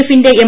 എഫിന്റെ എം